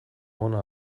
ona